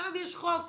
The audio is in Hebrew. עכשיו יש חוק.